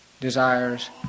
desires